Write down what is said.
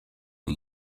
for